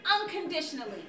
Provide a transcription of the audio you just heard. unconditionally